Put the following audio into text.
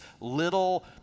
little